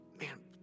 man